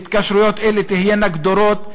5. התקשרויות אלו תהיינה גדורות,